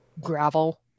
gravel